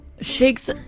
Shakes